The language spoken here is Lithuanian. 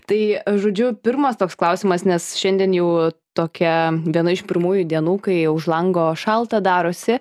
tai žodžiu pirmas toks klausimas nes šiandien jau tokia viena iš pirmųjų dienų kai už lango šalta darosi